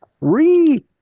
re